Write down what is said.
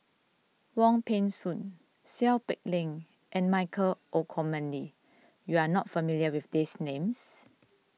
Wong Peng Soon Seow Peck Leng and Michael Olcomendy you are not familiar with these names